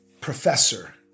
Professor